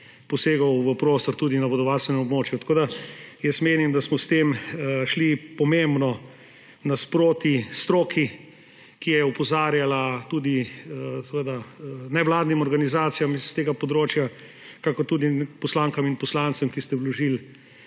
posegov v prostor tudi na vodovarstvenem območju. Tako menim, da smo s tem šli pomembno naproti stroki, ki je opozarjala, tudi nevladnim organizacijam s tega področja, kot tudi poslankam in poslancem, ki ste vložili